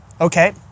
okay